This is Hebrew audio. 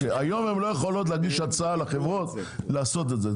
שהיום הם לא יכולים להגיש הצעה לחברות לעשות את זה.